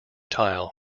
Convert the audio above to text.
tile